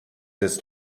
its